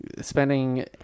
Spending